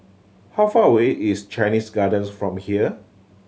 how far away is Chinese Garden from here